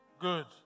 Good